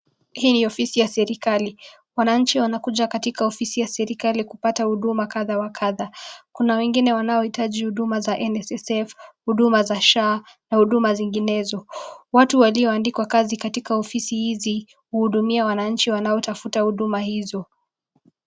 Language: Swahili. Hii ni ofisi ya serikali. Wananchi wanakuja katika ofisi ya serikali kupata huduma kadha wa kadha. Kuna wengine wanaohitaji huduma za NSSF, huduma za SHA na huduma zinginezo. Watu waliyoandikwa kazi katika ofisi hizi, huhudumia wananchi wanaohitaji huduma hizo.